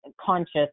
conscious